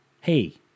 Hey